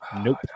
nope